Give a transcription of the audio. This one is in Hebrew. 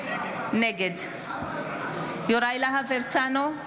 נגד יוראי להב הרצנו,